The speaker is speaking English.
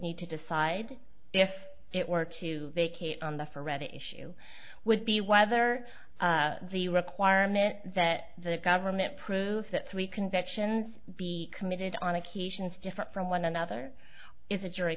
need to decide if it were to vacate on the for ready issue would be whether the requirement that the government prove that three convictions be committed on occasion is different from one another is a jury